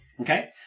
Okay